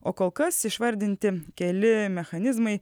o kol kas išvardinti keli mechanizmai